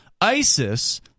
ISIS